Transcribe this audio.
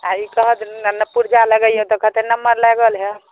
आ ई कहत जे ने पुर्जा लगैहेँ तऽ कहतै नम्मर लागल हइ